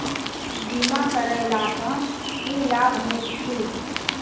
बीमा करैला सअ की लाभ होइत छी?